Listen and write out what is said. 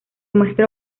muestra